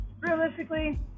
realistically